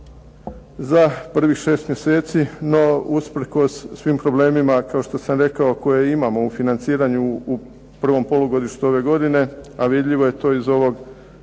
za prvih šest mjeseci, no usprkos svim problemima kao što sam rekao koje imamo u financiranju u prvom polugodištu ove godine a vidljivo je to iz ovog